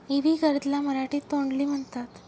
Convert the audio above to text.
इवी गर्द ला मराठीत तोंडली म्हणतात